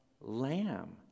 lamb